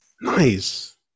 Nice